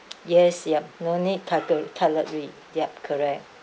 yes yup no need cutle~ cutlery yup correct